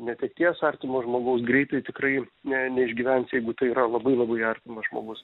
netekties artimo žmogaus greitai tikrai ne neišgyvens jeigu tai yra labai labai artimas žmogus